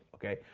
okay,